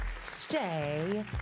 stay